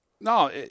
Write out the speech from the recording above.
No